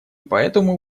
поэтому